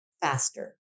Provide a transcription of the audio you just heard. faster